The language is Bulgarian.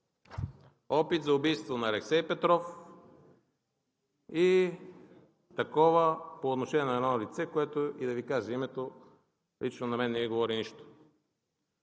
опит за убийство на Алексей Петров и такова по отношение на едно лице, на което и да Ви кажа името, лично на мен не ми говори нищо.